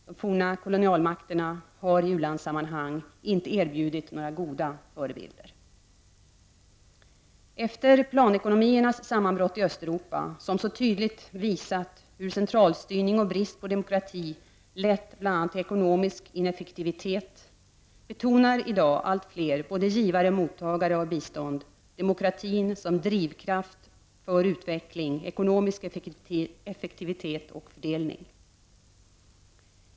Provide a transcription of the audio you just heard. De forna kolonialmakterna har i ulandssammanhang inte erbjudit några goda förebilder. Efter planekonomiernas sammanbrott i Östeuropa, som så tydligt visat hur centralstyrning och brist på demokrati lett bl.a. till ekonomisk ineffektivitet, betonar i dag allt fler både givare och mottagare av bistånd demokratin som en drivkraft för utveckling, ekonomisk effektivitet och fördelning.